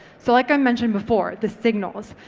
so like i mentioned before, the signals.